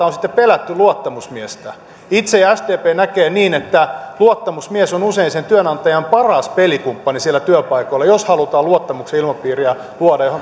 on sitten pelätty luottamusmiestä itse ja sdp näemme niin että luottamusmies on usein sen työnantajan paras pelikumppani siellä työpaikoilla jos halutaan luottamuksen ilmapiiriä luoda jota